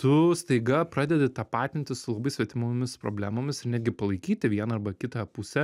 tu staiga pradedi tapatintis su labai svetimomis problemomis ir netgi palaikyti vieną arba kitą pusę